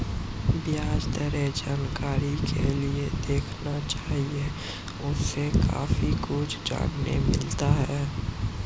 ब्याज दरें जानकारी के लिए देखना चाहिए, उससे काफी कुछ जानने मिलता है